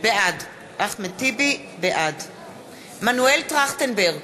בעד מנואל טרכטנברג,